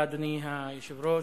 אדוני היושב-ראש,